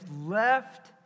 left